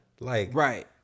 Right